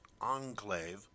enclave